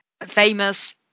famous